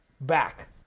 back